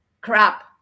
crap